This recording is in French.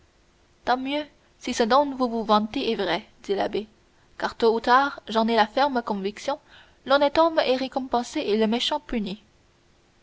tant mieux si ce dont vous vous vantez est vrai dit l'abbé car tôt ou tard j'en ai la ferme conviction l'honnête homme est récompensé et le méchant puni